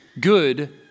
good